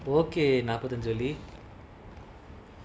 okay நான்கொஞ்சம்:nan konjam leave